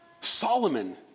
Solomon